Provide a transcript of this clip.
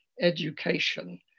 education